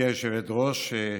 גברתי היושבת-ראש,